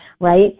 right